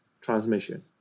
transmission